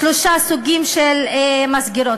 שלושה סוגים של מסגרות,